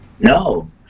No